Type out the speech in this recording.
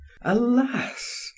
Alas